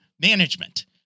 management